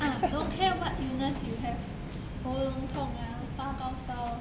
ah don't care what illness you have 喉咙痛啊发高烧